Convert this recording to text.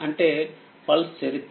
అంటేపల్స్చరిత్ర